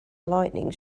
lightening